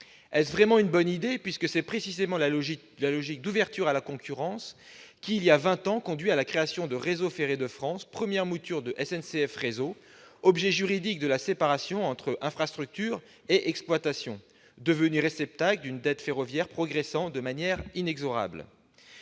Est-ce vraiment une bonne idée, sachant que c'est précisément la logique d'ouverture à la concurrence qui, voilà vingt ans, a conduit à la création de Réseau ferré de France, première mouture de SNCF Réseau, produit juridique de la séparation entre infrastructures et exploitation, devenu réceptacle d'une dette ferroviaire progressant de manière inexorable ?